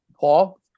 Paul